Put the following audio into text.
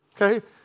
Okay